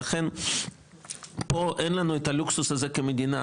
פה אין לנו את הלוקסוס הזה כמדינה.